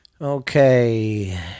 Okay